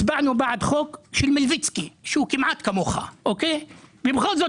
הצבענו בעד חוק של מלביצקי שהוא כמעט כמוך ובכל זאת